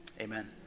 Amen